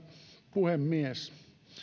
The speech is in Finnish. puhemies